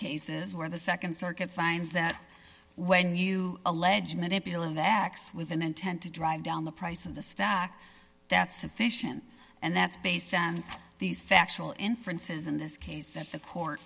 cases where the nd circuit finds that when you allege manipulative acts with an intent to drive down the price of the stock that's sufficient and that's based on these factual inferences in this case that the court